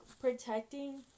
protecting